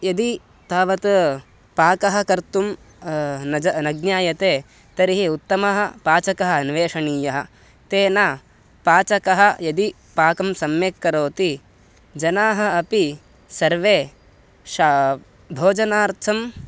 यदि तावत् पाकः कर्तुं नज न ज्ञायते तर्हि उत्तमः पाचकः अन्वेषणीयः तेन पाचकः यदि पाकं सम्यक् करोति जनाः अपि सर्वे शा भोजनार्थं